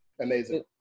Amazing